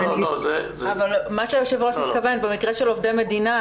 מה שהיושב-ראש מתכוון במקרה של עובדי מדינה,